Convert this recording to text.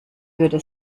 würde